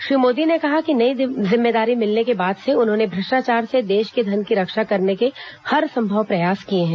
श्री मोदी ने कहा कि नई जिम्मेदारी मिलने के बाद से उन्होंने भ्रष्ट्राचार से देश के धन की रक्षा करने के हर संभव प्रयास किये हैं